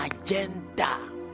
agenda